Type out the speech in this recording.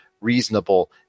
reasonable